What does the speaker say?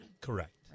Correct